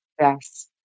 Yes